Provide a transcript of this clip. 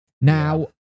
Now